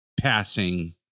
passing